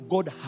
God